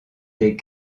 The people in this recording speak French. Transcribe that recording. des